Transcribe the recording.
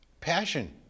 passion